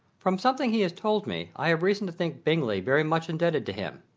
from something he has told me, i have reason to think bingley very much indebted to him.